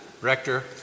rector